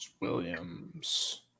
Williams